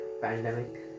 pandemic